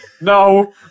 No